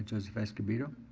joseph escobedo,